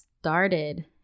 started